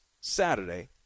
saturday